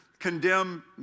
condemn